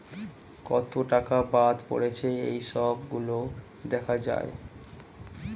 কত টাকা বাদ পড়েছে এই সব গুলো দেখা যায়